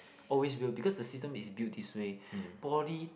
always built because the system is built this way poly